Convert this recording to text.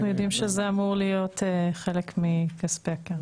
אנחנו יודעים שזה אמור להיות חלק מכספי הקרן.